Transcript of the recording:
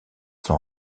sont